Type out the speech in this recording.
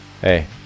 hey